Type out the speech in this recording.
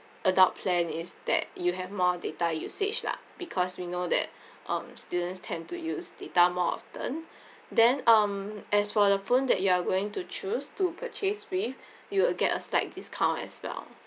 adult plan is that you have more data usage lah because we know that um students tend to use data more often then um as for the phone that you are going to choose to purchase with you will get a slight discount as well